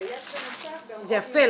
ויש בנוסף -- יפה,